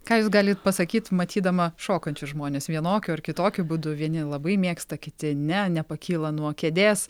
ką jūs galit pasakyti matydama šokančius žmones vienokiu ar kitokiu būdu vieni labai mėgsta kiti ne nepakyla nuo kėdės